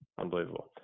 Unbelievable